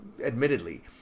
admittedly